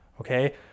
okay